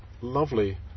lovely